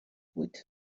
بود